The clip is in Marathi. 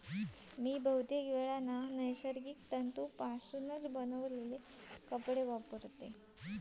मी बहुतेकवेळा नैसर्गिक तंतुपासून बनवलेले कपडे वापरतय